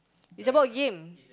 it's a board game